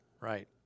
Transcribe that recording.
Right